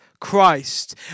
Christ